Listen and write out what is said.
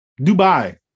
dubai